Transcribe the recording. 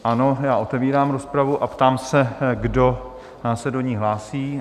Ano, otevírám rozpravu a ptám se, kdo se do ní hlásí?